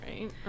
right